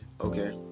okay